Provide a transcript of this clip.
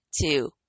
two